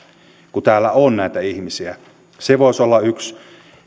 kun täällä on näitä ihmisiä se voisi olla yksi